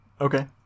Okay